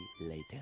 later